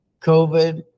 covid